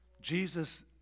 Jesus